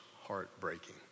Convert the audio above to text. heartbreaking